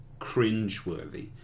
cringeworthy